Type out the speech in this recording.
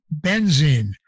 benzene